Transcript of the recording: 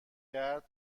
کرد